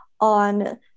on